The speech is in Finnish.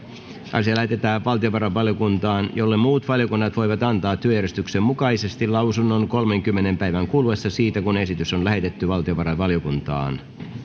asia lähetetään valtiovarainvaliokuntaan jolle muut valiokunnat voivat antaa työjärjestyksen mukaisesti lausunnon kolmenkymmenen päivän kuluessa siitä kun esitys on lähetetty valtiovarainvaliokuntaan